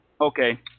okay